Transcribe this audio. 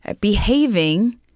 behaving